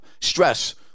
Stress